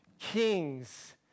kings